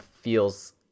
feels